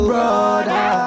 Brother